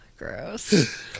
Gross